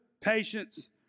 patience